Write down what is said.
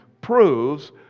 proves